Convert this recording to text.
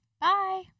Bye